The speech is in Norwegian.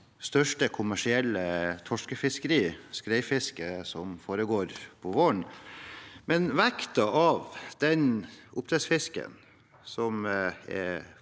største kommersielle torskefiskeri, skreifisket som foregår på våren, men vekten av den oppdrettsfisken som er